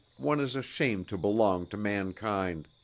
one is ashamed to belong to mankind.